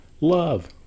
love